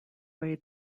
way